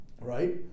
right